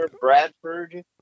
Bradford